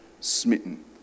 smitten